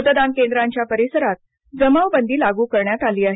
मतदान केंद्रांच्या परिसरात जमावबंदी लागू करण्यात आली आहे